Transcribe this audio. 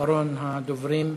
אחרון הדוברים.